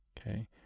okay